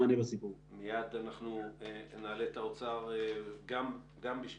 עבודה הכנסנו שגם מי שהיה במילואים,